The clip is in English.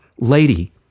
Lady